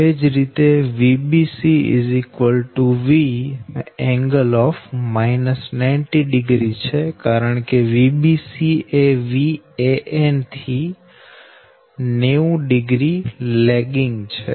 એ જ રીતે Vbc Vㄥ 900 છે કારણકે Vbc એ Van થી 900 લેગીંગ છે